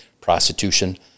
prostitution